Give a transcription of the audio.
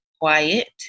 Quiet